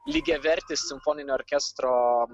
lygiavertis simfoninio orkestro